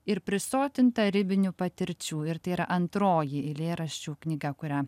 ir prisotinta ribinių patirčių ir tai yra antroji eilėraščių knyga kurią